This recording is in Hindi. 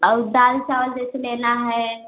और दाल चावल जैसे लेना है